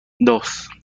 dos